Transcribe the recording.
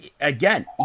Again